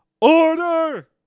Order